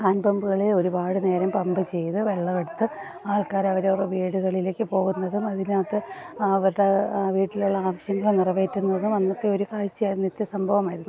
hand പമ്പുകളെ ഒരുപാട് നേരം പമ്പ് ചെയ്ത് വെള്ളമെടുത്ത് ആൾക്കാർ അവരവരുടെ വീടുകളിലേക്ക് പോകുന്നതും അതിനകത്ത് അവരുടെ വീട്ടിലുള്ള ആവശ്യങ്ങൾ നിറവേറ്റുന്നതും അന്നത്തെ ഒരു കാഴ്ച്ചയായ നിത്യസംഭവമായിരുന്നു